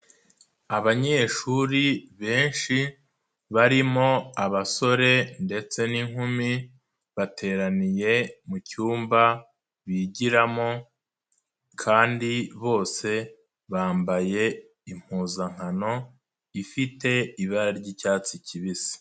Abanyeshuri benshi barimo abasore ndetse n'inkumi, bateraniye mu cymba bigiramo kandi bose bambaye impuzankano, ifite ibara ry'icyatsi kibisi.